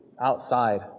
outside